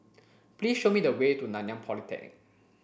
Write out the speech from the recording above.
please show me the way to Nanyang Polytechnic